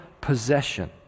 possession